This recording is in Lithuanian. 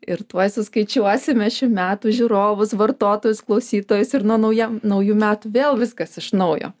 ir tuoj suskaičiuosime šių metų žiūrovus vartotojus klausytojus ir nuo naujam naujų metų vėl viskas iš naujo